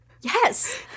Yes